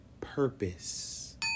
purpose